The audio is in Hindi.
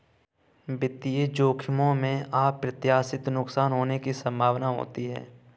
वित्तीय जोखिमों में अप्रत्याशित नुकसान होने की संभावना होती है